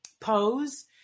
Pose